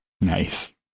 Nice